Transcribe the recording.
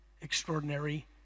extraordinary